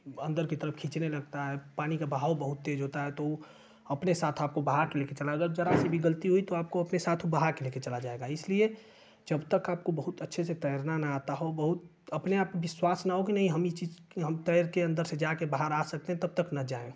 अन्दर की तरफ खींचने लगता है पानी का बहाव बहुत तेज़ होता है तो अपने साथ आपको बहाकर लेकर चला जा जरा सी भी गलती हुई तो आपको अपने साथ बहाकर लेकर चला जाएगा इसलिए जबतक आपको बहुत अच्छे से तैरना न आता हो बहुत अपने आप पर विश्वास न हो कि नहीं हम यह चीज़ हम तैरकर अन्दर से जाकर बाहर आ सकते हैं तब तक न जाएँ